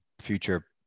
future